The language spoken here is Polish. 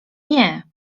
nie